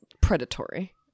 predatory